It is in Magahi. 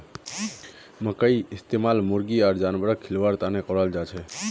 मखईर इस्तमाल मुर्गी आर जानवरक खिलव्वार तने कराल जाछेक